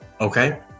Okay